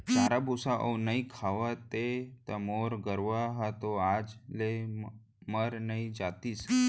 चारा भूसा नइ खवातेंव त मोर गरूवा ह तो आज ले मर नइ जातिस